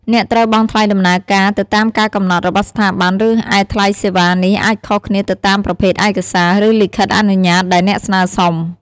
អ្នកត្រូវបង់ថ្លៃដំណើរការ ទៅតាមការកំណត់របស់ស្ថាប័ន រីឯថ្លៃសេវានេះអាចខុសគ្នាទៅតាមប្រភេទឯកសារ ឬលិខិតអនុញ្ញាតដែលអ្នកស្នើសុំ។